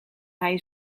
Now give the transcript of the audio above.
hij